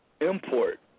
import